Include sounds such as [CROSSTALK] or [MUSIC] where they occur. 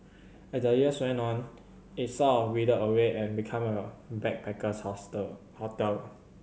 as the years went on it sort of withered away and become a backpacker's hostel [UNINTELLIGIBLE]